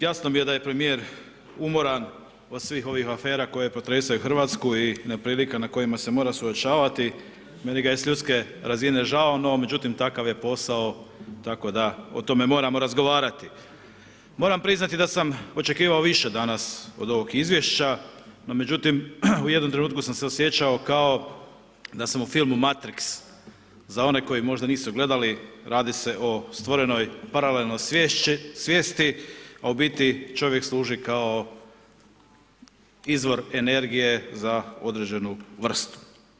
Jasno mi je da je premjer umoran od svih ovih afera koje protresaju Hrvatsku i na priliku na kojima se mora suočavati, meni ga je s ljudske razine žao, no međutim, takav je posao tako da o tome moramo razgovarati. moram priznati da sam očekivao više danas od ovog izvješća, no međutim, u jednom trenutku sam se osjećao kao da sam u filmu Matrix, za one koji možda nisu gledali, radi se o stvorenoj paralelnoj svjesni, a u biti čovjek služi kao izvor energije za određenu vrstu.